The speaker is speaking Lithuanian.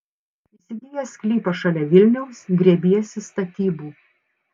įsigijęs sklypą šalia vilniaus griebiesi statybų